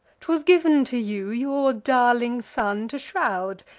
t was giv'n to you, your darling son to shroud,